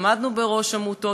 עמדנו בראש עמותות.